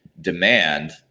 demand-